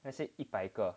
let's say 一百个